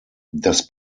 das